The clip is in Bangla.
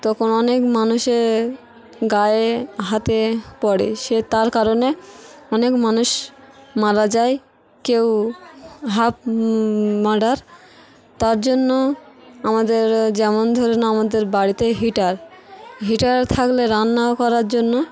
তখন অনেক মানুষের গায়ে হাতে পড়ে সে তার কারণে অনেক মানুষ মারা যায় কেউ হাফ মার্ডার তার জন্য আমাদের যেমন ধরুন আমাদের বাড়িতে হিটার হিটার থাকলে রান্না করার জন্য